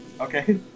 Okay